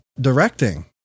directing